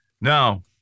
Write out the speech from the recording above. Now